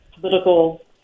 political